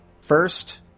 first